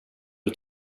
att